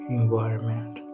environment